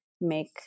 make